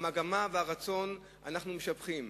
את המגמה והרצון אנחנו משבחים.